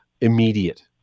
immediate